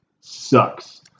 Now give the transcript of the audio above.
sucks